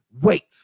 Wait